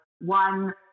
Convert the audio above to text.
one